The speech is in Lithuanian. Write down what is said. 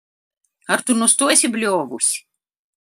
ar tu nustosi bliovus